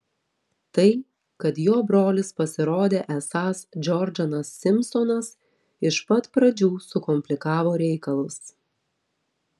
tai kad jo brolis pasirodė esąs džordanas simpsonas iš pat pradžių sukomplikavo reikalus